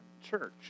church